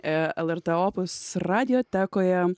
lrt opus radiotekoje